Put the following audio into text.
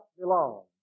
belong